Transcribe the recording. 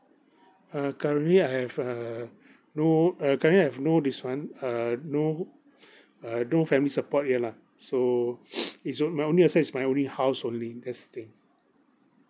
uh currently I have err no uh currently I have no this [one] err no uh no family support here lah so it's only my only asset is my only house only that's the thing